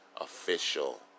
official